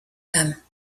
dame